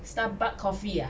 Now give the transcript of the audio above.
Starbucks coffee ah